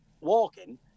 walking